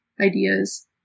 ideas